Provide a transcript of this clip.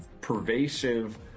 pervasive